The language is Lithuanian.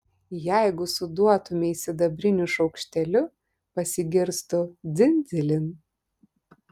jeigu suduotumei sidabriniu šaukšteliu pasigirstų dzin dzilin